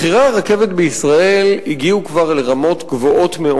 מחירי הרכבת בישראל הגיעו כבר לרמות גבוהות מאוד.